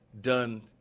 done